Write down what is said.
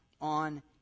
on